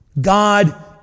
God